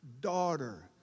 daughter